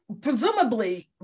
Presumably